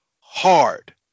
hard